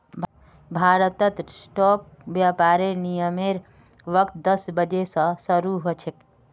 भारतत स्टॉक व्यापारेर विनियमेर वक़्त दस बजे स शरू ह छेक